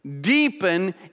deepen